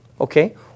okay